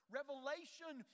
Revelation